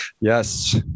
Yes